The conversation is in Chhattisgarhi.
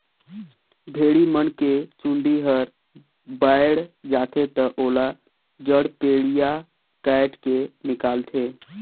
भेड़ी मन के चूंदी हर बायड जाथे त ओला जड़पेडिया कायट के निकालथे